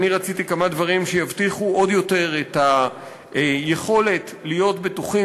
אני רציתי כמה דברים שיבטיחו עוד יותר את היכולת להיות בטוחים